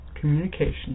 communication